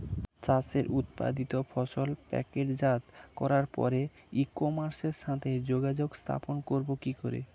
চাষের উৎপাদিত ফসল প্যাকেটজাত করার পরে ই কমার্সের সাথে যোগাযোগ স্থাপন করব কি করে?